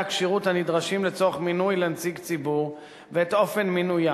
הכשירות הנדרשים לצורך מינוי לנציג ציבור ואת אופן מינויו.